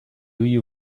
you